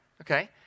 Okay